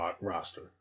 roster